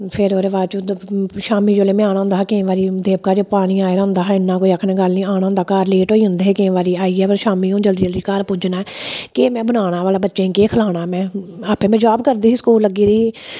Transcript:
फिर ओह्दे बाचूं शामी जेल्ले मैं आना होंदा हा केईं बारी देविका च पानी आए दा हुंदा हा इन्ना कोई आखने दी गल्ल नी आना हुंदा हा घर लेट होई जंदे हे केईं बारी आइयै में शामी हुन जल्दी जल्दी घर पुज्जन केह् भला बनाना बच्चें गी केह् खलाना में आपें में जाब करदी ही स्कूल लग्गी दी ही